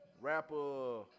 Rapper